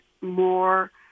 more